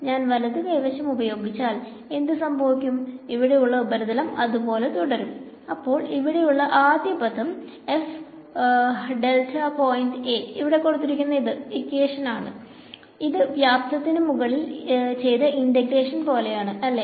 ഞാൻ വലത് കൈ വശം ഉപയോഗിച്ചാൽ എന്ത് സംഭവിക്കും ഇവിടെ ഉള്ള ഉപരിതലം അതുപോലെ തുടരും അപ്പോൾ ഇവിടെ ഉള്ള ആദ്യം പദം ഇതാണ് ഇത് വ്യാപ്തതിനു മുകളിൽ ചെയ്ത ഇന്റഗ്രേഷൻ പോലെയാണ് അല്ലേ